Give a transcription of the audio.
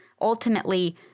Ultimately